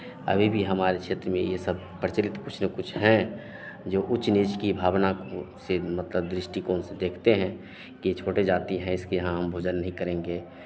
अभी भी हमारे क्षेत्र में ये सब प्रचलित कुछ ना कुछ हैं जो ऊँच नीच की भावना को से मतलब दृष्टिकोण से देखते हैं ये छोटे जाती हैं इसके यहाँ हम भोजन नहीं करेंगे